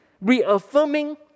reaffirming